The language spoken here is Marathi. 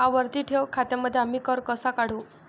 आवर्ती ठेव खात्यांमध्ये आम्ही कर कसा काढू?